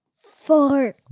Four